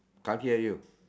are you